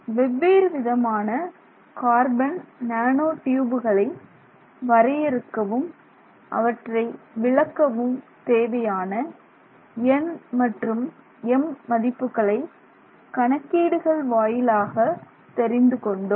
வெவ்வேறு விதமான carbon nano ட்யூபுகளை வரையறுக்கவும் அவற்றை விளக்கவும் தேவையான n மற்றும் m மதிப்புகளை கணக்கீடுகள் வாயிலாக தெரிந்துகொண்டோம்